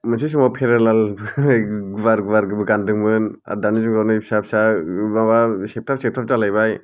मोनसे समाव फोरेलेल बोराय गुवार गुवारबो गानदोंमोन आरो दानि जुगाव नै फिसा फिसा माबा सेबथाब सेबथाब जालायबाय